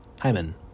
Hyman